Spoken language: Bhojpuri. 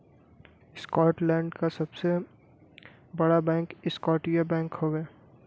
स्कॉटलैंड क सबसे बड़ा बैंक स्कॉटिया बैंक हौ